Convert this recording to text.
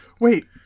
Wait